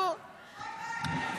ביי ביי.